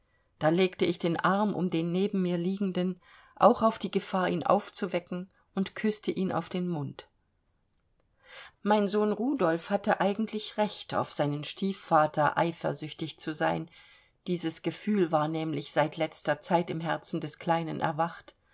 da legte ich den arm um den neben mir liegenden auch auf die gefahr ihn aufzuwecken und küßte ihn auf den mund mein sohn rudolf hatte eigentlich recht auf seinen stiefvater eifersüchtig zu sein dieses gefühl war nämlich seit letzter zeit im herzen des kleinen erwacht